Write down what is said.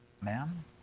Ma'am